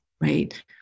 right